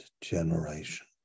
generation